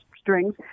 strings